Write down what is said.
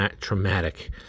traumatic